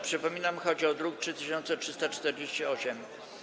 Przypominam, że chodzi o druk nr 3348.